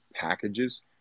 Packages